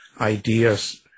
ideas